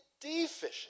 deficient